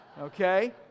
okay